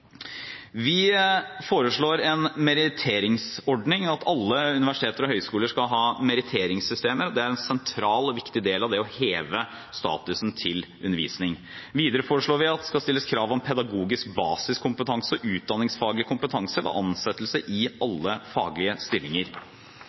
Vi foreslår en meritteringsordning – at alle universiteter og høyskoler skal ha meritteringssystemer. Det er en sentral og viktig del av det å heve statusen til undervisning. Videre foreslår vi at det skal stilles krav om pedagogisk basiskompetanse og utdanningsfaglig kompetanse ved ansettelse i